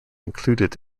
included